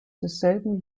desselben